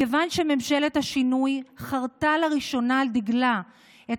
מכיוון שממשלת השינוי חרתה לראשונה על דגלה את